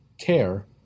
care